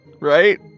right